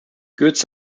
goods